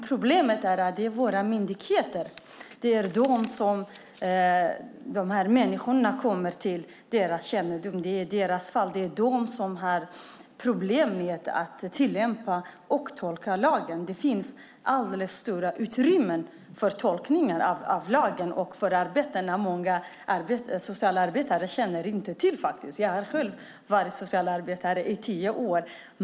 Problemet är att våra myndigheter, som får kännedom om dessa människor, har problem med att tolka och tillämpa lagen. Det finns alldeles för stora utrymmen för tolkning av lagen, och många socialarbetare känner inte till förarbetena. Jag har själv varit socialarbetare i tio år.